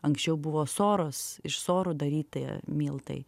anksčiau buvo soros iš sorų daryti miltai